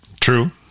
True